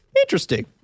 Interesting